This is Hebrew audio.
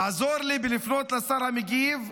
תעזור לי בלפנות לשר המגיב,